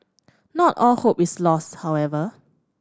not all hope is lost however